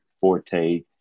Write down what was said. forte